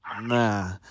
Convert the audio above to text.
Nah